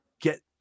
get